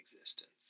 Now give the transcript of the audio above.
existence